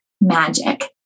magic